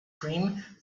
cream